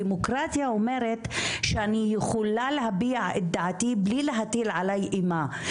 הדמוקרטיה אומרת שאני יכולה להביע את דעתי בלי להטיל עלי אימה,